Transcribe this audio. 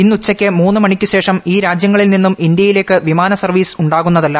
ഇന്ന് ഉച്ചയ്ക്ക് മൂന്ന് മണിക്ക് ശേഷം ഈ രാജ്യങ്ങളിൽ നിന്നും ഇന്ത്യയിലേക്ക് വിമാന സർവ്വീസ് ഉാകുന്നതല്ല